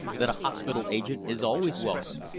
that a hospital agent is always welcome,